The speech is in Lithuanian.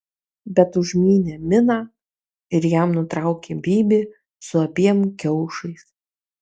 bet užmynė miną ir jam nutraukė bybį su abiem kiaušais